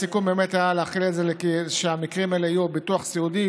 הסיכום באמת היה להחיל את זה על מקרים של ביטוח סיעודי,